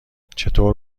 چطور